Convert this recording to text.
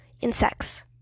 insects